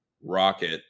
rocket